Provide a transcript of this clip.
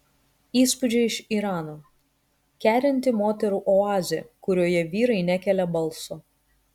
įspūdžiai iš irano kerinti moterų oazė kurioje vyrai nekelia balso